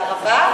לערבה?